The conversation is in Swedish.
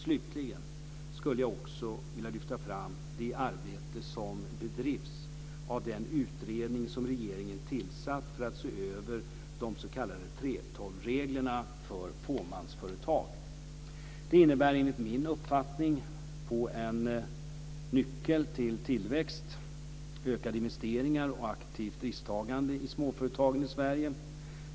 Slutligen skulle jag också vilja lyfta fram det arbete som bedrivs av den utredning som regeringen tillsatt för att se över de s.k. 3:12-reglerna för fåmansföretag. De innebär enligt min uppfattning en nyckel till tillväxt, ökade investeringar och aktivt risktagande i småföretagen i Sverige.